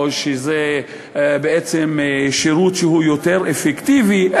או שזה בעצם שירות שהוא יותר אפקטיבי,